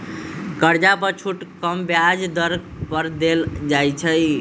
कर्जा पर छुट कम ब्याज दर पर देल जाइ छइ